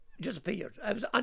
disappeared